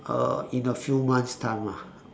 uh in a few months time ah